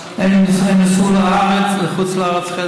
הם נסעו לחוץ לארץ,